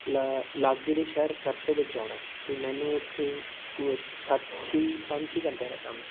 ਲਾ ਲਾਗੇ ਦੇ ਸ਼ਹਿਰ ਸਰਸੇ ਵਿੱਚ ਜਾਣਾ ਅਤੇ ਮੈਨੂੰ ਉੱਥੇ ਕੋ ਸੱਤ ਛੇ ਪੰਜ ਛੇ ਘੰਟਿਆਂ ਦਾ ਕੰਮ ਹੈ